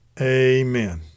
Amen